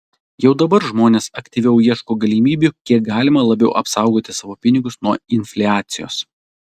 jau dabar žmonės aktyviau ieško galimybių kiek galima labiau apsaugoti savo pinigus nuo infliacijos